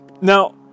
Now